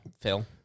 Phil